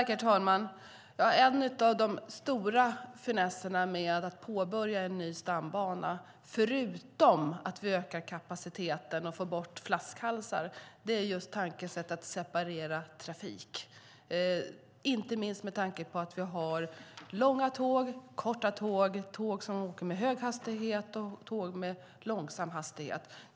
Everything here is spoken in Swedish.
Herr talman! En av de stora finesserna med att påbörja en ny stambana, förutom att vi ökar kapaciteten och får bort flaskhalsar, är att man kan separera trafik. Vi har långa tåg och korta tåg, tåg som åker med hög hastighet och tåg med långsam hastighet.